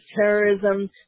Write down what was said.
terrorism